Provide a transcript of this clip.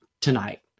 tonight